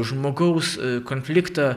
žmogaus konfliktą